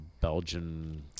Belgian